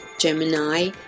Gemini